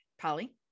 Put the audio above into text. Polly